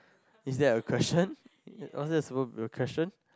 is that a question what was that supposed to be a question